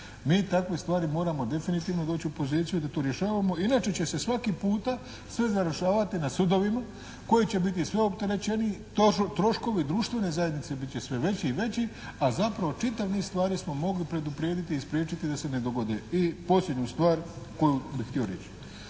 Mi takve stvari moramo definitivno doći u poziciju da to rješavamo, inače će se svaki puta sve završavati na sudovima koji će biti sve opterećeniji. Troškovi društvene zajednice bit će sve veći i veći, a zapravo čitav niz stvari smo mogli preduprijediti i spriječiti da se ne dogode. I posljednju stvar koju bih htio reći.